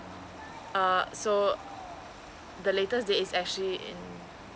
uh so the latest date is actually in